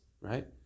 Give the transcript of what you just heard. right